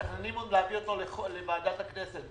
מתכננים להביא אותה לוועדת הכנסת.